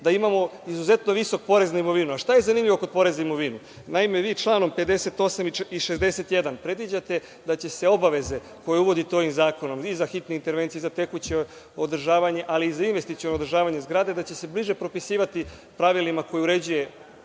da imamo izuzetno visok porez na imovinu. Šta je zanimljivo kod poreza na imovinu? Naime, vi članom 58. i 61. predviđate da će se obaveze koje uvodite ovim zakonom i za hitne intervencije i za tekuće održavanje, ali i za investiciono održavanje zgrade, da će se bliže propisivati pravilima koje uređujete